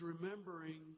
remembering